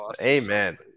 amen